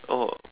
oh